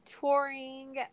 touring